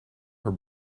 her